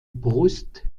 brust